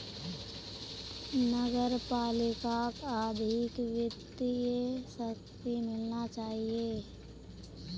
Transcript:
नगर पालिकाक अधिक वित्तीय शक्ति मिलना चाहिए